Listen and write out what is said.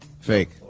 fake